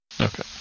Okay